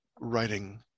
writing